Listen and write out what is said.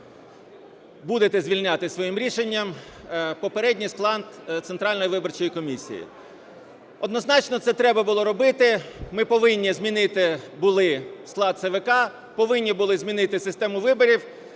будете звільняти своїм рішенням попередній склад Центральної виборчої комісії. Однозначно, це треба було робити, ми повинні змінити були склад ЦВК, повинні були змінити систему виборів,